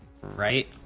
right